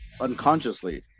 unconsciously